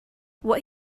what